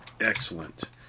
Excellent